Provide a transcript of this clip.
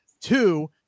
two